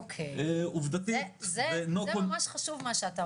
אוקי, זה ממש חשוב, מה שאתה אומר.